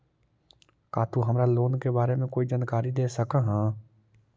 का तु हमरा लोन के बारे में कोई जानकारी दे सकऽ हऽ?